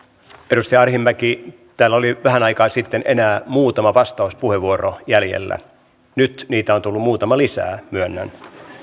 edustaja arhinmäki täällä oli vähän aikaa sitten enää muutama vastauspuheenvuoro jäljellä nyt niitä on tullut muutama lisää myönnän